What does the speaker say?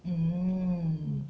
mm